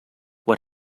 what